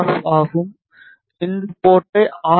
F ஆகும் இந்த போர்ட்டை ஆர்